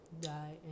die